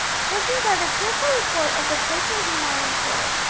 judging by the careful report of the person whom i employ,